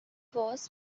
was